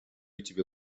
тебе